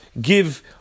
give